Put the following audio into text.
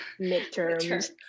Midterms